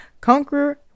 Conqueror